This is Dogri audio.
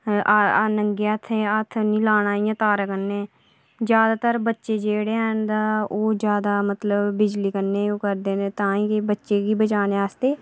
नंगे हत्थें हत्थ नेईं लाना इ'यां तारा कन्नै जैदातर बच्चे जेहड़े हैन तां ओह् जैदा मतलब बिजली कन्नै ओह् करदे न तां गै बच्चें गी बचाने आस्तै